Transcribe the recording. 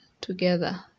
together